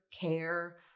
care